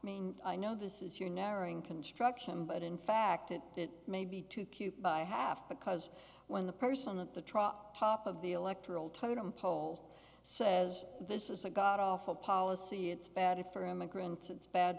mean i know this is your narrowing construction but in fact it may be too cute by half because when the person that the trop top of the electoral totem pole so as this is a god awful policy it's bad for immigrants it's bad